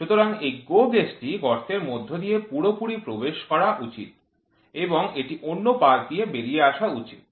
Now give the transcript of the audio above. সুতরাং এই GO gauge টি গর্তের মধ্য দিয়ে পুরোপুরি প্রবেশ করা উচিত এবং এটি অন্য পাশ দিয়ে বেরিয়ে আসা উচিত